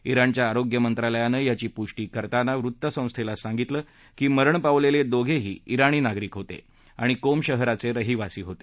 इराणच्या आरोग्यमंत्रालयानं याची पुष्टी करताना वृत्तसंस्थेला सांगितलं की मरण पावलेले दोघेही इराणी नागरिक होते आणि कोम शहराचे रहिवासी होते